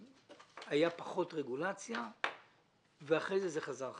הייתה פחות רגולציה ואחרי כן זה חזר חזרה.